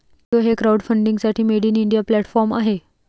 कीटो हे क्राउडफंडिंगसाठी made in India platform आहे